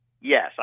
Yes